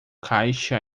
caixa